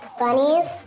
Bunnies